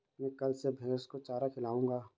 मैं कल से भैस को चारा खिलाऊँगा